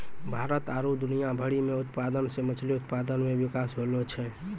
भारत आरु दुनिया भरि मे उत्पादन से मछली उत्पादन मे बिकास होलो छै